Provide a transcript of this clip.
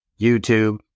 YouTube